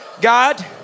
God